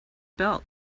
belt